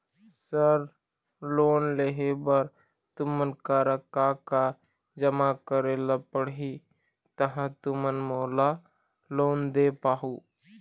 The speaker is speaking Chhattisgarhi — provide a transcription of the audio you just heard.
सर लोन लेहे बर तुमन करा का का जमा करें ला पड़ही तहाँ तुमन मोला लोन दे पाहुं?